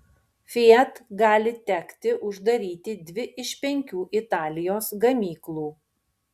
fiat gali tekti uždaryti dvi iš penkių italijos gamyklų